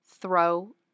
Throw